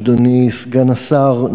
אדוני סגן השר,